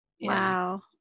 Wow